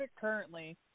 currently